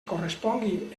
correspongui